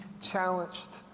challenged